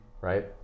right